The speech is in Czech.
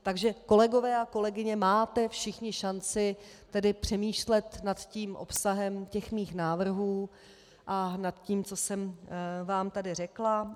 Takže kolegové a kolegyně, máte všichni šanci přemýšlet nad obsahem mých návrhů a nad tím, co jsem vám tady řekla.